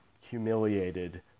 humiliated